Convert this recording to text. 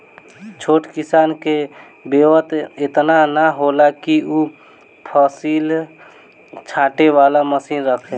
छोट किसान के बेंवत एतना ना होला कि उ फसिल छाँटे वाला मशीन रखे